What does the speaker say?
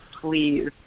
please